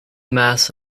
mass